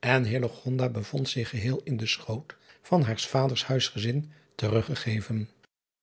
en bevond zich geheel in den schoot van haars vaders huisgezin teruggegeven